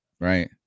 right